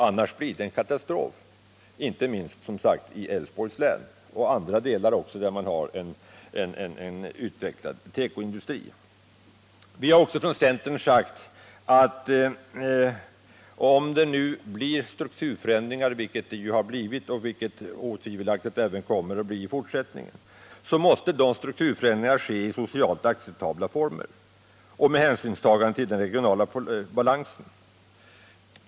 Annars blir det en katastrof, inte minst i Älvsborgs län men även i andra delar av landet där man har en utvecklad tekoindustri. Vi har också från centerns sida sagt att om det blir strukturförändringar, vilket det ju blivit och vilket det otvivelaktigt kommer att bli även i fortsättningen, så måste dessa ske i socialt acceptabla former och med hänsynstagande till den regionala balansen.